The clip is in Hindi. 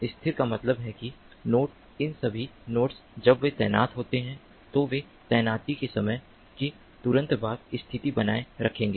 स्थिर का मतलब है कि नोड इन सभी नोड्स जब वे तैनात होते हैं तो वे तैनाती के समय के तुरंत बाद स्थिति बनाए रखेंगे